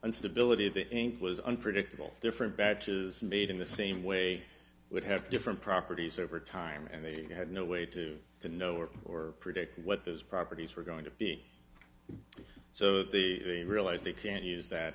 instability of the ink was unpredictable different batches made in the same way would have different properties over time and they had no way to to know or or predict what those properties were going to be so they realize they can't use that